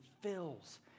fills